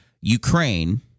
Ukraine